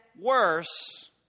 worse